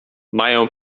mają